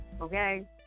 okay